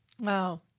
Wow